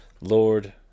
Lord